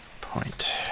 point